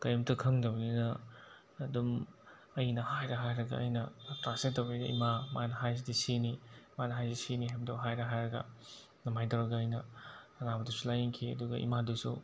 ꯀꯔꯤꯝꯇ ꯈꯪꯗꯕꯅꯤꯅ ꯑꯗꯨꯝ ꯑꯩꯅ ꯍꯥꯏꯔ ꯍꯥꯏꯔꯒ ꯑꯩꯅ ꯇ꯭ꯔꯥꯟꯁꯂꯦꯠ ꯇꯧꯕꯤꯈꯤ ꯏꯃꯥ ꯃꯥꯅ ꯍꯥꯏꯁꯤꯗꯤ ꯁꯤꯅꯤ ꯃꯥꯅ ꯍꯥꯏꯔꯤꯁꯤ ꯁꯤꯅꯤ ꯍꯥꯏꯕꯗꯣ ꯍꯥꯏꯔ ꯍꯥꯏꯔꯒ ꯑꯗꯨꯃꯥꯏꯅ ꯇꯧꯔꯒ ꯑꯩꯅ ꯑꯅꯥꯕꯗꯨꯁꯨ ꯂꯥꯏꯌꯦꯡꯈꯤ ꯑꯗꯨꯒ ꯏꯃꯥꯗꯨꯁꯨ